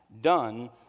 done